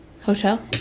Hotel